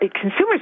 Consumers